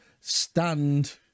stand